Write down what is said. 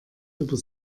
über